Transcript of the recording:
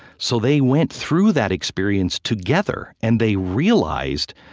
so they went through that experience together. and they realized,